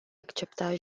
accepta